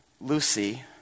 Lucy